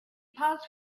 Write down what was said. paused